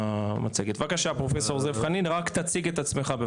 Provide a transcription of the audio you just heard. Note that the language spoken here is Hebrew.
בבקשה פרופסור זאב חנין רק תציג את עצמך.